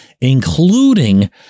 including